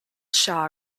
shah